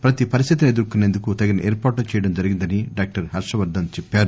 ప్రతి పరిస్థితిని ఎదుర్కోసేందుకు తగిన ఏర్పాట్లు చేయడం జరిగిందని డాక్టర్ హర్షవర్థన్ చెప్పారు